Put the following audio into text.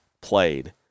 played